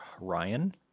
Ryan